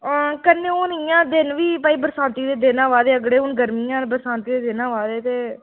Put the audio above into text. हां कन्नै ओह् नेईं ऐ दिन बी भाई बरसांती दे दिन आवै दे अगड़े हून गरमियां न बरसांती दे दिन आवै दे ते